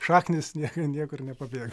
šaknys nieka niekur nepabėga